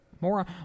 More